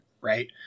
right